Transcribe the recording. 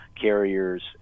carriers